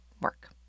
work